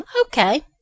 okay